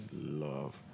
love